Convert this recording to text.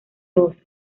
los